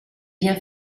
bien